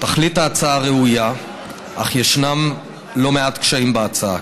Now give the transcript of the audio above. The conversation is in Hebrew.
תכלית ההצעה ראויה, אך ישנם לא מעט קשיים בהצעה.